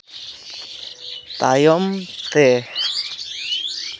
ᱛᱟᱭᱚᱢ ᱛᱮ